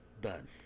done